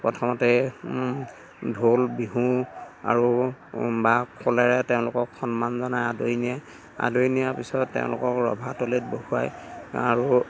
প্ৰথমতে ঢোল বিহু আৰু বা ফুলেৰে তেওঁলোকক সন্মান জনাই আদৰি নিয়ে আদৰি নিয়া পিছত তেওঁলোকক ৰভা তলিত বহুৱায় আৰু